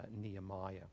Nehemiah